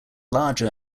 larger